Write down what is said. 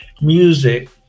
music